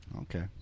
Okay